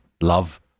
Love